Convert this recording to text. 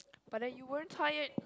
but then you weren't tired